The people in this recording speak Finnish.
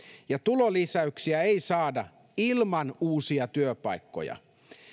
ja tulolisäyksiä ei saada ilman uusia työpaikkoja